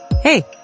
Hey